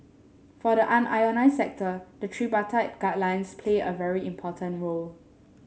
for the unionised sector the tripartite guidelines play a very important role